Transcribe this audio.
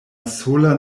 sola